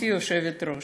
גברתי היושבת-ראש,